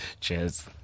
cheers